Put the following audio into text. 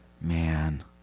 Man